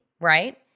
right